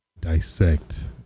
dissect